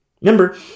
Remember